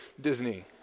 Disney